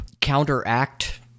counteract